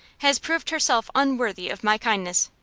has proved herself unworthy of my kindness.